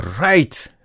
right